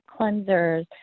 cleansers